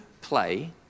play